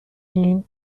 این